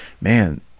man